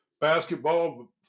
basketball